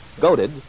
Goaded